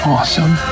Awesome